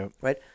right